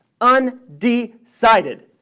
Undecided